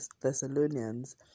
Thessalonians